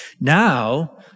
now